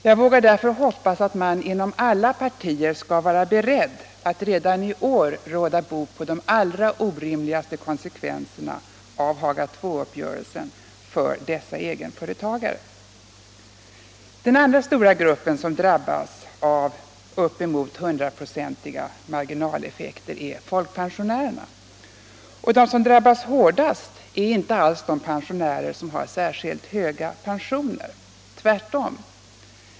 Jag vågar därför hoppas att man inom alla partier skall vara beredd att redan i år råda bot på de allra orimligaste konsekvenserna av Haga II-uppgörelsen för dessa egenföretagare. Den andra stora gruppen som drabbas av uppemot hundraprocentiga marginaleffekter är folkpensionärerna. De som drabbas hårdast är inte alls de pensionärer som har särskilt höga pensioner. Tvärtom.